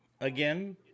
again